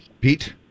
Pete